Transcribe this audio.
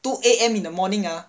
two A_M in the morning ah